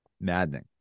maddening